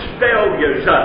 failures